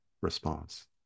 response